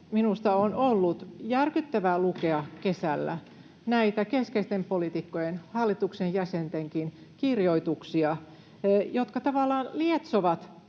minusta on ollut järkyttävää lukea kesällä näitä keskeisten poliitikkojen, hallituksen jäsentenkin, kirjoituksia, jotka tavallaan lietsovat